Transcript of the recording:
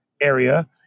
area